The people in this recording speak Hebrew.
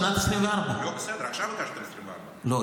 שנת 2024. עכשיו הגשתם את תקציב 2024. לא,